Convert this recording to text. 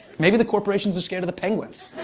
maybe the corporations are scared of the penguins.